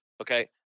okay